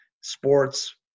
sports